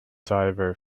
diver